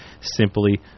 simply